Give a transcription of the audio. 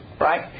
Right